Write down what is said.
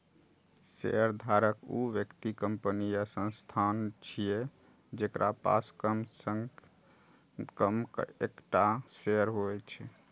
शेयरधारक ऊ व्यक्ति, कंपनी या संस्थान छियै, जेकरा पास कम सं कम एकटा शेयर होइ छै